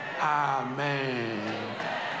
Amen